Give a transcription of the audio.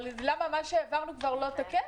מה שהעברנו כבר לא תקף?